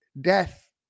death